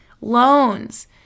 loans